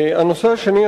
הנושא השני,